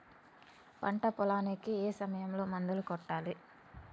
పంట పొలానికి ఏ సమయంలో మందులు కొట్టాలి?